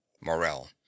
Morel